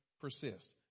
persist